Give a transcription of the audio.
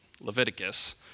Leviticus